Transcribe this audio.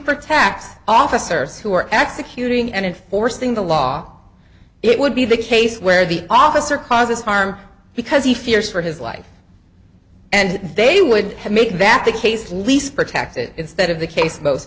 protect officers who are executing and enforcing the law it would be the case where the officer causes harm because he fears for his life and they would make that the case least protected instead of the case most